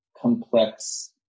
complex